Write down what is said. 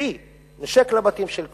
נושק לבתים של כפר-קרע,